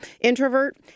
introvert